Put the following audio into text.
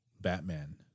Batman